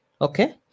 Okay